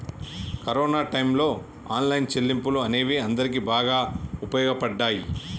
corona టైయ్యంలో online చెల్లింపులు అనేవి అందరికీ బాగా వుపయోగపడ్డయ్యి